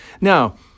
Now